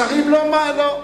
שרים לא קוראים,